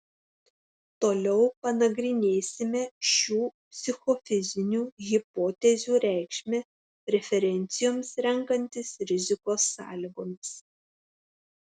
toliau panagrinėsime šių psichofizinių hipotezių reikšmę preferencijoms renkantis rizikos sąlygomis